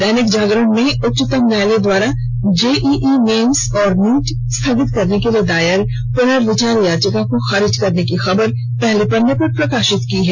दैनिक जागरण ने उच्चतम न्यायालय द्वारा जेईई मेंस और नीट को स्थगित करने के लिए दायर पुनर्विचार याचिका को खारिज करने की खबर को पहले पन्ने पर प्रकाशित किया है